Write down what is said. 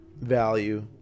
value